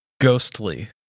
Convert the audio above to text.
ghostly